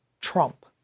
trump